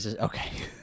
okay